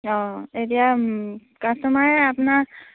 অঁ এতিয়া কাষ্টমাৰে আপোনাৰ